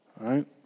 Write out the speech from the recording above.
right